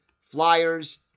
Flyers